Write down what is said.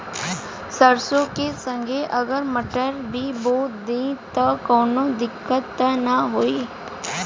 सरसो के संगे अगर मटर भी बो दी त कवनो दिक्कत त ना होय?